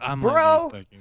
Bro